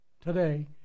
today